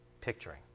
picturing